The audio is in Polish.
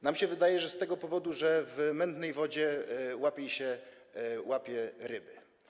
Nam się wydaje, że z tego powodu, że w mętnej wodzie łatwiej się łapie ryby.